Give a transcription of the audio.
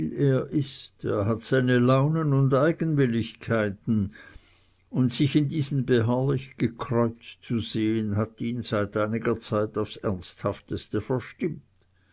er ist er hat seine launen und eigenwilligkeiten und sich in diesen beharrlich gekreuzt zu sehen hat ihn seit einiger zeit aufs ernsthafteste verstimmt